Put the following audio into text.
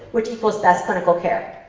which equals best clinical care.